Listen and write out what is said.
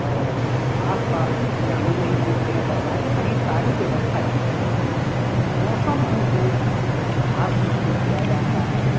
और आसपास जाने नहीं देते हैं दरवाजे पर ही सारी व्यवस्था की जाती है मौसम अनुकूल घास उसको दिया जाता है